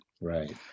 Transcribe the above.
Right